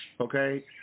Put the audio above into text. Okay